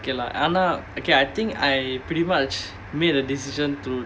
K lah and I okay I think I pretty much made a decision to